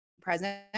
present